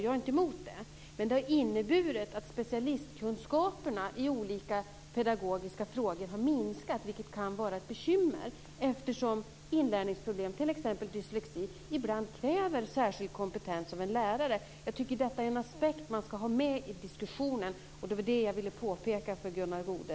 Jag är inte emot det men det har inneburit att specialistkunskaperna i olika pedagogiska frågor har minskat, vilket kan vara ett bekymmer eftersom inlärningsproblem, t.ex. dyslexi, ibland kräver särskild kompetens hos en lärare. Jag tycker att det är en aspekt som man ska ha med i diskussionen och det är detta som jag ville påpeka för Gunnar Goude.